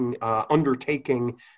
undertaking